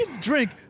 drink